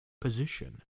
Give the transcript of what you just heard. position